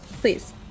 Please